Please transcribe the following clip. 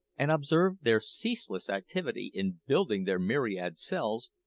and observed their ceaseless activity in building their myriad cells,